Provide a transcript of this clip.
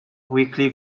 weekly